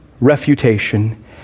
refutation